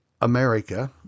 America